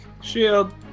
Shield